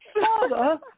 Father